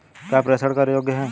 क्या प्रेषण कर योग्य हैं?